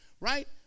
right